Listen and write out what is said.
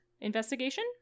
Investigation